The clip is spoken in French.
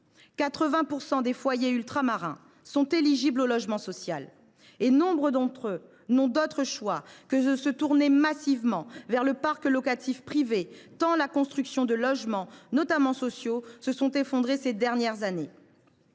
80 % des foyers ultramarins sont éligibles au logement social. Pourtant, nombre d’entre eux n’ont d’autre choix que de se tourner massivement vers le parc locatif privé, tant la construction de logements, notamment sociaux, s’est effondrée ces dernières années.